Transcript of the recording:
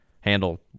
handle